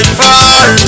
far